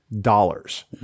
dollars